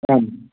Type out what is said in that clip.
आम्